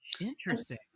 Interesting